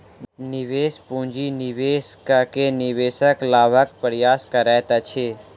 निवेश पूंजी निवेश कअ के निवेशक लाभक प्रयास करैत अछि